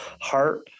Heart